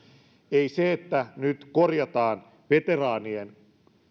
ei se että nyt korjataan veteraanien